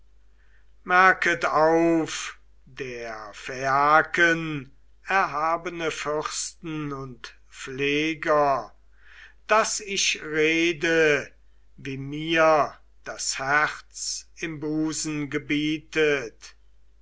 merket auf der phaiaken erhabene fürsten und pfleger daß ich rede wie mir das herz im busen gebietet